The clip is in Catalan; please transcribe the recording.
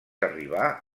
arribar